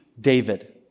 David